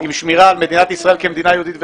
עם שמירה על מדינת ישראל כמדינה יהודית ודמוקרטית,